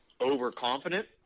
overconfident